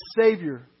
Savior